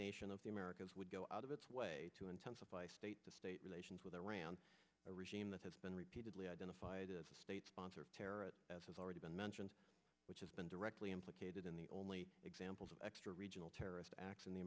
nation of the americas would go out of its way to intensify state to state relations with iran a regime that has been repeatedly identified as a state sponsor of terror has already been mentioned which has been directly implicated in the only examples of extra regional terrorist acts in the